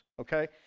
okay